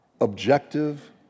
objective